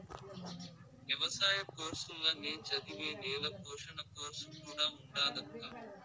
ఎవసాయ కోర్సుల్ల నే చదివే నేల పోషణ కోర్సు కూడా ఉండాదక్కా